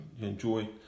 enjoy